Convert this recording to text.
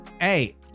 Hey